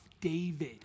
David